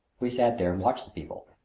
we sat there and watched the people.